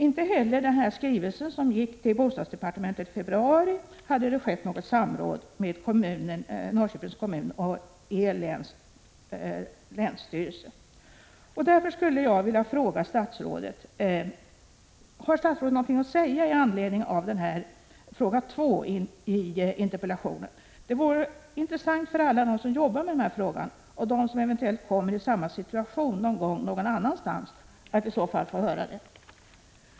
Inte heller när det gäller den skrivelse som gick till bostadsdepartementet i februari hade det skett något samråd med Norrköpings kommun och E läns länsstyrelse. Därför skulle jag vilja fråga: Har statsrådet någonting att säga i anledning av fråga 2i interpellationen? Det vore intressant för alla dem som jobbar med den här frågan och för dem som eventuellt kommer i samma situation någon gång någon annanstans att i så fall få höra det.